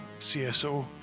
CSO